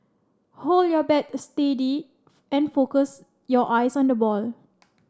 hold your bat steady and focus your eyes on the ball